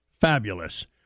Fabulous